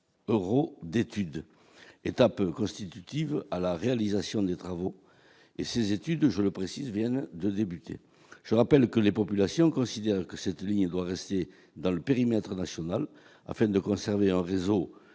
euros d'études étape constitutive à la réalisation des travaux et ces études je le précise, viennent de débuter, je rappelle que les populations considère que cette ligne doit rester dans le périmètre national afin de conserver en réseau